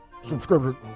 subscription